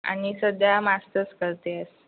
आणि सध्या मास्टर्स करते आहे